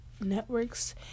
networks